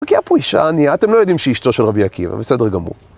כי הפרישה נהיה, אתם לא יודעים שהיא אשתו של רבי עקיבא, בסדר גמור.